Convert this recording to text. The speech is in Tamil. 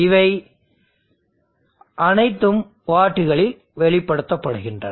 இவை அனைத்தும் வாட்களில் வெளிப்படுத்தப்படுகின்றன